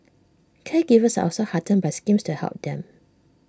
caregivers are also heartened by schemes to help them